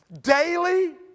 daily